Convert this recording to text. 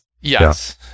Yes